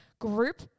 group